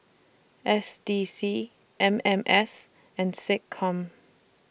S D C M M S and Seccom